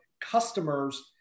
customers